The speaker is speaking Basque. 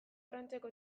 frantziako